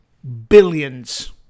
billions